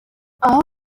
aho